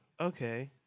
okay